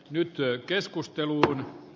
arvoisa puhemies